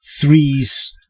threes